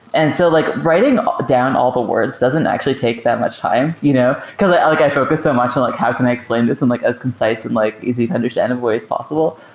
and so like writing down all the words doesn't actually take that much time, you know because i like i focus so much on like how can i explain this in like as concise and like easy to understand way as possible?